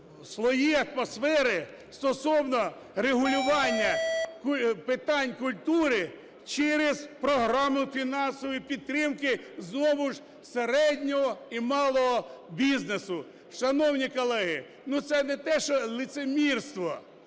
свої атмосфери стосовно регулювання питань культури через програму фінансової підтримки знову ж середнього і малого бізнесу. Шановні колеги, ну, це не те що лицемірство,